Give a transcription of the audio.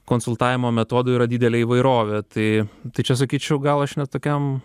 konsultavimo metodų yra didelė įvairovė tai tai čia sakyčiau gal aš net tokiam